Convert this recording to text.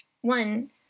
one